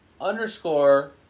underscore